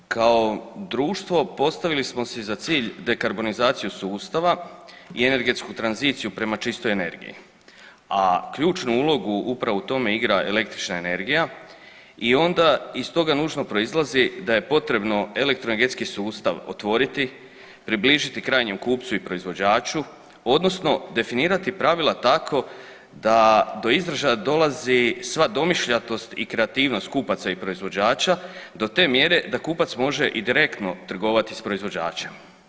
Kao društvo postavili smo si za cilj dekarbonizaciju sustava i energetsku tranziciju prema čistoj energiji, a ključnu ulogu upravo u tome igra električna energija i onda iz toga nužno proizlazi da je potrebno elektroenergetski sustav otvoriti i približiti krajnjem kupcu i proizvođaču odnosno definirati pravila tako da do izražaja dolazi sva domišljatost i kreativnost kupaca i proizvođača do te mjere da kupac može i direktno trgovati s proizvođačem.